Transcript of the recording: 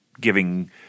giving –